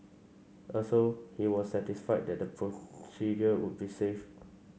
also he was satisfied that the procedure would be safe